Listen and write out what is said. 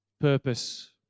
purpose